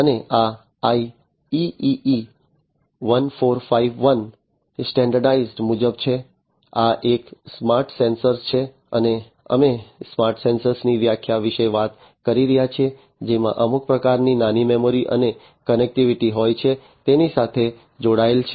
અને આ IEEE 1451 standard મુજબ છે આ એક સ્માર્ટ સેન્સર છે અને અમે સ્માર્ટ સેન્સર ની વ્યાખ્યા વિશે વાત કરી રહ્યા છીએ જેમાં અમુક પ્રકારની નાની મેમરી અને કનેક્ટિવિટિ હોય છે તેની સાથે જોડાયેલ છે